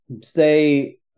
stay